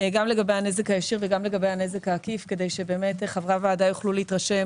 הישיר וגם לגבי הנזק העקיף כדי שבאמת חברי הוועדה יוכלו להתרשם